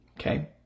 okay